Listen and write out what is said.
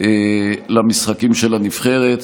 במשחקים של הנבחרת.